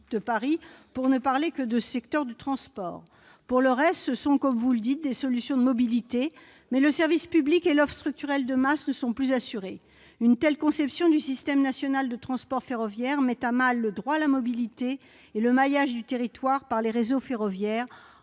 de Paris -, pour ne parler que du secteur des transports. Pour le reste, vous proposez, selon vos propres mots, des solutions de mobilité, mais le service public et l'offre structurelle de masse ne sont plus assurés. À notre sens, une telle conception du système national de transport ferroviaire met à mal le droit à la mobilité et le maillage du territoire par les réseaux ferroviaires